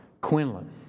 Quinlan